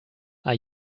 are